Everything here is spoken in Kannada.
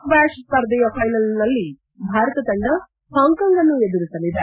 ಸ್ಟ್ವಾತ್ ಸ್ಪರ್ಧೆಯ ಫೈನಲ್ನಲ್ಲಿ ಭಾರತ ತಂಡ ಪಾಂಕಾಂಗ್ನನ್ನು ಎದುರಿಸಲಿದೆ